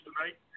tonight